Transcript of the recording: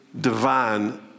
divine